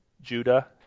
Judah